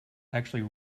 actually